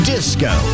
Disco